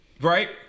right